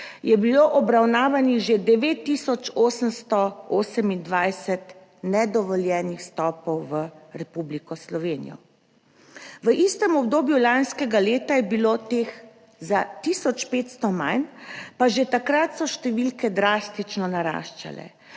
je bilo obravnavanih že 9828 nedovoljenih vstopov v Republiko Slovenijo. V istem obdobju lanskega leta je bilo teh za 1500 manj, pa že takrat so številke drastično naraščale.